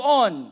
on